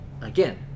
again